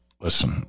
listen